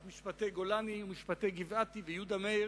את משפטי גולני ומשפטי גבעתי ויהודה מאיר.